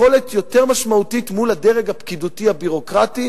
יכולת יותר משמעותית מול הדרג הפקידותי הביורוקרטי,